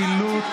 זילות,